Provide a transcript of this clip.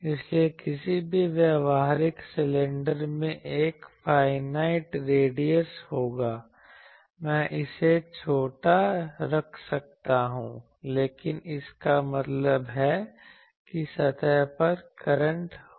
इसलिए किसी भी व्यावहारिक सिलेंडर में एक फाईनाइट रेडियस होगा मैं इसे छोटा रख सकता हूं लेकिन इसका मतलब है कि सतह पर करंट होंगी